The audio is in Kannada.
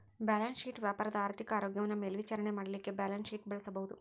ಬ್ಯಾಲೆನ್ಸ್ ಶೇಟ್ ವ್ಯಾಪಾರದ ಆರ್ಥಿಕ ಆರೋಗ್ಯವನ್ನ ಮೇಲ್ವಿಚಾರಣೆ ಮಾಡಲಿಕ್ಕೆ ಬ್ಯಾಲನ್ಸ್ಶೇಟ್ ಬಳಸಬಹುದು